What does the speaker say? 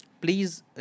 Please